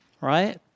right